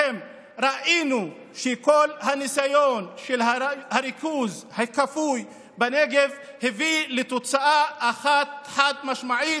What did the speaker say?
ראינו שכל הניסיון של הריכוז הכפוי בנגב הביא לתוצאה אחת חד-משמעית.